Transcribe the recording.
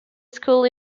school